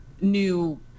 new